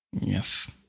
yes